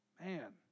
Man